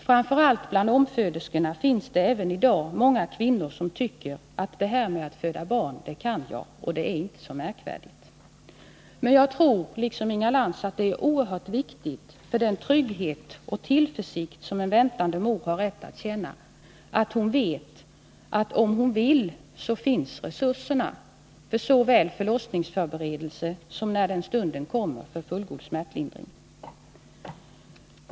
Framför allt bland omföderskorna finns det även i dag många kvinnor som tycker att ”det här med att föda barn, det kan jag och det är inte så märkvärdigt”. Men jag tror liksom Inga Lantz att det är oerhört viktigt för den trygghet och tillförsikt som en väntande mor har rätt att känna, att hon vet att om hon vill så finns resurserna för såväl förlossningsförberedelse som, när den stunden kommer, fullgod smärtlindring.